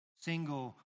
single